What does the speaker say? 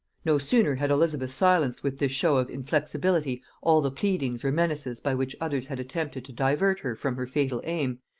no sooner had elizabeth silenced with this show of inflexibility all the pleadings or menaces by which others had attempted to divert her from her fatal aim,